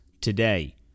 today